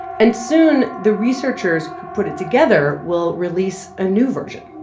and soon, the researchers who put it together will release a new version,